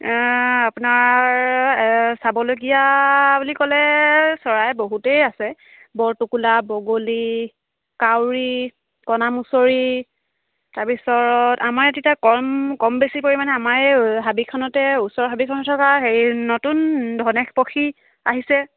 আপোনাৰ চাবলগীয়া বুলি ক'লে চৰাই বহুতেই আছে বৰটোকোলা বগলী কাউৰী কণামুছৰি তাৰ পিছত আমাৰ তেতিয়া কম কম বেছি পৰিমাণে আমাৰ এই হাবিখনতে ওচৰৰ হাবিখনত থকা হেৰি নতুন ধনেশ পক্ষী আহিছে